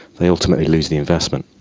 they ultimately lose the investment.